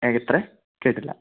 ആ എത്ര കേട്ടില്ല